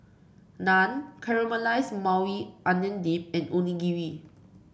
Naan Caramelized Maui Onion Dip and Onigiri